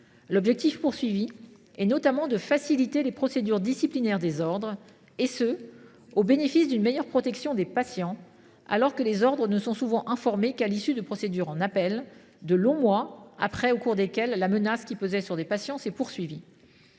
L’objectif de cette mesure est notamment de faciliter les procédures disciplinaires des ordres, et ce au bénéfice d’une meilleure protection des patients, alors que les ordres ne sont souvent informés qu’à l’issue des procédures en appel, après de longs mois au cours desquels la menace qui pesait sur des patients a continué